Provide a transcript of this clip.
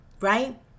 right